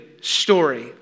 story